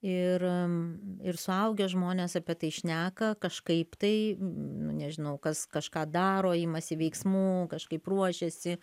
ir ir suaugę žmonės apie tai šneka kažkaip tai nu nežinau kas kažką daro imasi veiksmų kažkaip ruošiasi